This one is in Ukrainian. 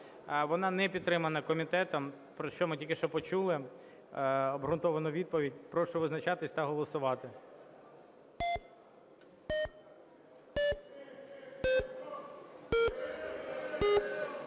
Вона не підтримана комітетом, про що ми тільки що почули обґрунтовану відповідь. Прошу визначатись та голосувати.